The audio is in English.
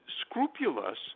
scrupulous